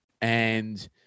And-